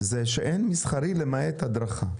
זה שאין מסחרי למעט הדרכה,